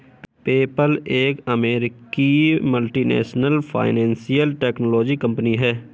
PayPal एक अमेरिकी multinational financial technology company है